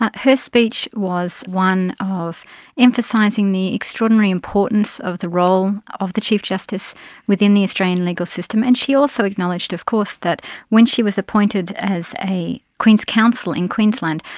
um her speech was one of emphasising the extraordinary importance of the role of the chief justice within the australian legal system. and she also acknowledged of course that when she was appointed as a queen's counsel in queensland,